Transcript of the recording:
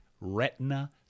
Retina